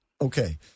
Okay